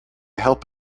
help